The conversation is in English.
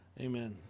amen